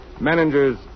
Managers